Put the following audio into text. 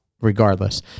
regardless